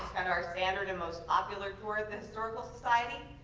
and our standard and most popular tour at the historical society.